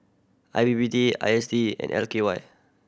I P P T I S D and L K Y